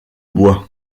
bois